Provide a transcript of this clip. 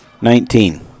Nineteen